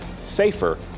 safer